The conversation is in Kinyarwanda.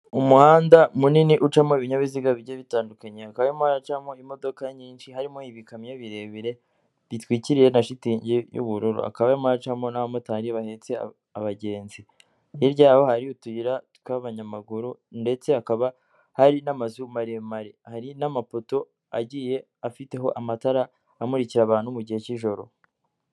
Umuhanda munini ucamo ibinyabiziga bigiye bitandukanye hakaba hacamo imodoka nyinshi harimo ibikamyo birebire bitwikiriye na shitingi y'ubururu, hakaba harigucamo n'abamotari bahetse abagenzi hirya yabo hari utuyira tw'abanyamaguru ndetse hakaba hari n'amazu maremare hari n'amapoto agiye afiteho amatara amurikira abantu mu gihe cy'ijoro.